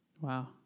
Wow